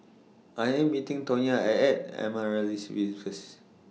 I Am meeting Tonya I At Amaryllis Ville First